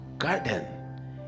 garden